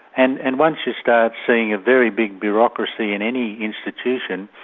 and and once you start seeing a very big bureaucracy in any institution,